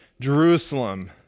Jerusalem